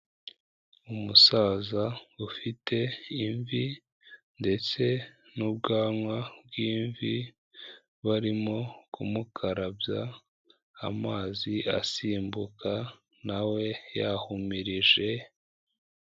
Umusaza ufite imvi ndetse n' ubwanwa bw'imvi, barimo kumukarabya amazi asimbuka nawe yahumirije.